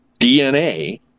DNA